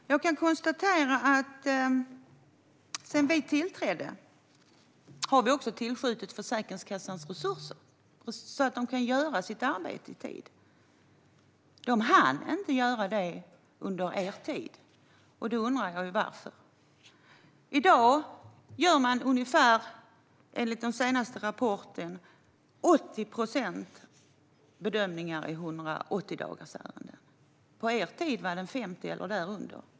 Herr talman! Jag kan konstatera att sedan vi tillträdde har vi tillskjutit resurser till Försäkringskassan, så att den kan göra sitt arbete i tid. Den hann inte gör det under er tid. Jag undrar varför. I dag gör man enligt den senaste rapporten 80 procent av bedömningarna i 180-dagarsärenden. På er dit var det 50 procent eller därunder.